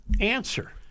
answer